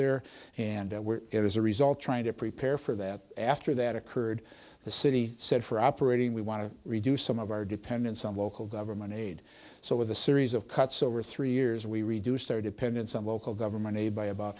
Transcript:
there and it is a result trying to prepare for that after that occurred the city said for operating we want to reduce some of our dependence on local government aid so with a series of cuts over three years we reduced our dependence on local government aid by about